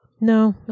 No